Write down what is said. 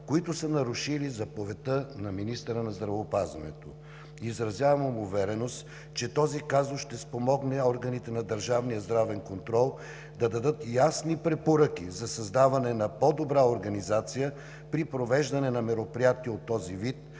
които са нарушили Заповедта на министъра на здравеопазването. Изразявам увереност, че този казус ще спомогне органите на държавния здравен контрол да дадат ясни препоръки за създаване на по-добра организация при провеждане на мероприятия от този вид